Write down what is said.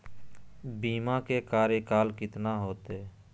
बीमा के कार्यकाल कितना होते?